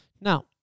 Now